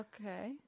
Okay